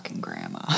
grandma